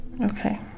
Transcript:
okay